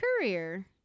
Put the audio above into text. career